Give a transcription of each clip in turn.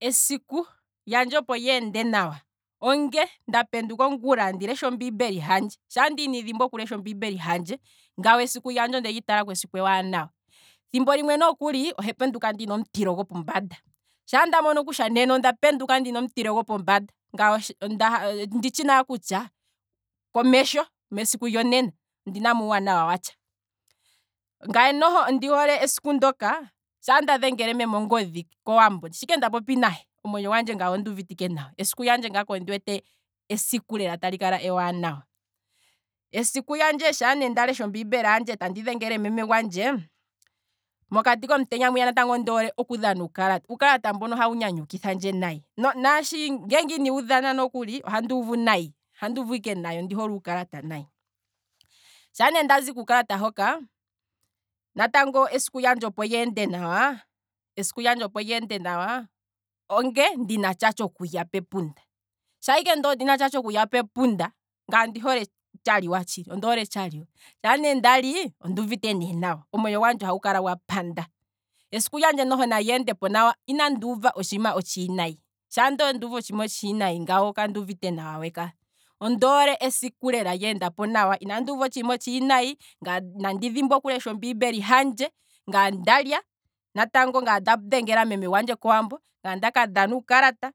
Esiku lyandje opo lyeende nawa, onge nda penduka ongula onene ndele andi lesha ombiimbeli handje, shaa ndele inandi dhimbwa oku lesha ombiimbeli handje, nena esiku lyandje ngano ondeli talako esiku ewanawa, thimbo limwe nokuli, ohandi penduka ndina omutilo gopombanda, shaa nda penduka ndina omutilo gopombanda, nena onditshitshi nale kutya komesho ondina uuwanawa watsha, ngaye noho ondi hole esiku ndoka, sha nda dhengele meme ongodhi kowambo sha ike ndapopi nahe, ondi wete kutya esiku lela tali kala ewanawa, esiku lyandje sha nda lesha ombiimbeli handje tandi dhengele meme gwandje, mokati komutenya mwiya ondi hole oku dhana iikalata, uukala mbono ohawu nyanyu kithandje nayi, naashi, ngeenge inandi wu dhana nokuli, ohandi uvu nayi, ohandi uvu ike nayi, ondi hole uukalata nayi, shaa ne ndazi kuukalata hoka, natango esiku lyandje opo lyeende nawa, esiku lyandje opo lyeende nawa, onge ndina tsha tsho kulya pe punda, shaa ike ndee ondina tsha tshokulya pepunda, ngaye ondi hole tsha liwa tshili, ondi hole tsha liwa, shaa ne ndali, onduuvite ne nawa, omwenyo gwandje ohagu kala gwa panda, esiku lyandje noho nali endepo nawa, inandi uva otshiima otshiwinayi, shaa ndele onduuva otshima otshi winayi, ngano kanduuva nawa ka, ondoole esiku lela lyenda nawa, inandi uva otshiima otshi winayi, ngaye ine dhimbwa okulesha ombiimbeli handje, ngaye ondalya, natango ngaye onda dhengela meme gwandje kowambo, ngaye ondaka dhana uukalata,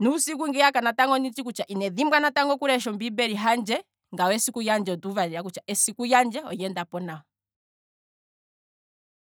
nuusiku ngiya onditshi kutya ine dhimbwa natango okulesha ombiimbeli handje, ngano esiku lyandje onduuva lela kutya olyeendapo nawa.